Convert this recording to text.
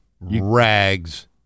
Rags